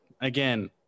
again